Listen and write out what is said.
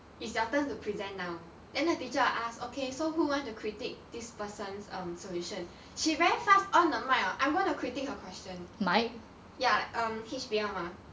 it's your turn to present now then the teacher will ask okay so who want to critique this person's um solution she very fast on the mike I'm going to critique her question ya um H_B_L mah